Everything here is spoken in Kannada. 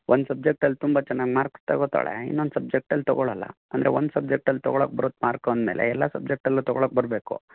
ಒಂದು ಸಬ್ಜೆಕ್ಟಲ್ಲಿ ತುಂಬ ಚೆನ್ನಾಗಿ ಮಾರ್ಕ್ಸ್ ತೊಗೊತಾಳೆ ಇನ್ನೊಂದು ಸಬ್ಜೆಕ್ಟಲ್ಲಿ ತೊಗೊಳೋಲ್ಲ ಅಂದರೆ ಒಂದು ಸಬ್ಜೆಕ್ಟಲ್ಲಿ ತೊಗೊಳೊಕ್ಕೆ ಬರುತ್ತೆ ಮಾರ್ಕು ಅಂದಮೇಲೆ ಎಲ್ಲ ಸಬ್ಜೆಕ್ಟಲ್ಲು ತೊಗೊಳೋಕ್ಕೆ ಬರಬೇಕು